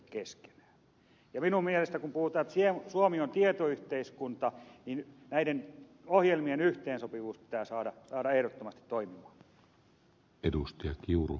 minun mielestäni kun puhutaan että suomi on tietoyhteiskunta näiden ohjelmien yhteensopivuus pitää saada ehdottomasti toimimaan